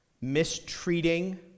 mistreating